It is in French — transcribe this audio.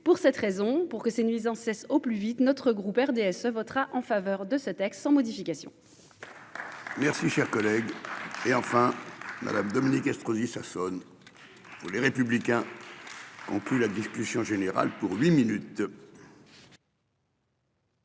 pour cette raison pour que ces nuisances cessent au plus vite. Notre groupe RDSE votera en faveur de ce texte sans modification. Merci cher collègue. Et enfin Madame Dominique Estrosi Sassone. Pour les républicains. En plus la discussion générale pour huit minutes.